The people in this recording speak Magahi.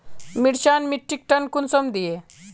मिर्चान मिट्टीक टन कुंसम दिए?